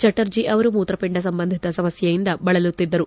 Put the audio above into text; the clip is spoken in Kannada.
ಚಟರ್ಜಿ ಅವರು ಮೂತ್ರಪಿಂಡ ಸಂಬಂಧಿತ ಸಮಸ್ಟೆಯಿಂದ ಬಳಲುತ್ತಿದ್ದರು